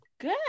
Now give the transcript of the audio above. Good